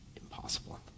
impossible